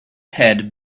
head